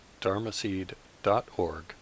dharmaseed.org